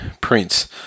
Prince